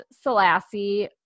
Selassie